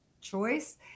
choice